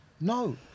no